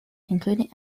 including